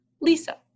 Lisa